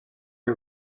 are